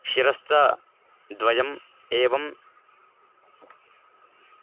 शिरश्च द्वयम् एवं